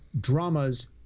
dramas